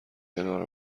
کنار